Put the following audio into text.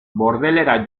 bordelera